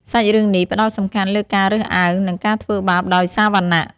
សាច់រឿងនេះផ្តោតសំខាន់លើការរើសអើង និងការធ្វើបាបដោយសារវណ្ណៈ។